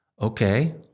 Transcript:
okay